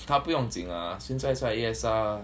她不用紧 lah 现在在 A_S_R